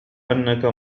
أنك